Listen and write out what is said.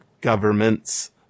governments